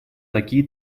такие